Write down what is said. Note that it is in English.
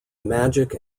magic